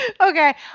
Okay